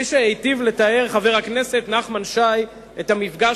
כפי שהיטיב לתאר חבר הכנסת נחמן שי את המפגש